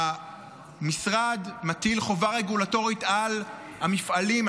המשרד מטיל חובה רגולטורית על המפעלים,